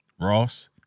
Ross